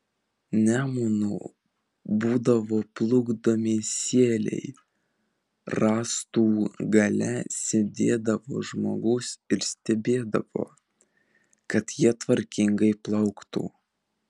nemunu būdavo plukdomi sieliai rąstų gale sėdėdavo žmogus ir stebėdavo kad jie tvarkingai plauktų